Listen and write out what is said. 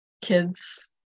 kids